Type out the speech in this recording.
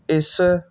ਇਸ